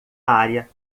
área